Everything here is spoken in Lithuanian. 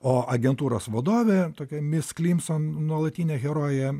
o agentūros vadovė tokia mis klimson nuolatinė herojė